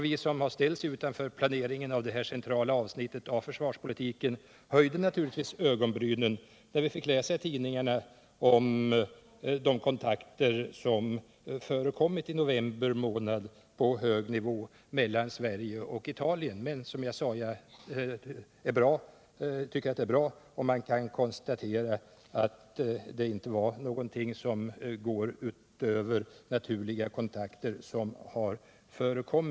Vi som har ställts utanför planeringen av centrala avsnitt av försvarspolitiken höjde naturligtvis på ögonbrynen, när vi fick läsa i tidningarna om de kontakter som i oktober förekom på hög nivå mellan Sverige och Italien. Men det är bra om man kan konstatera att detta inte var någonting som gick utöver de naturliga kontakter som förekom.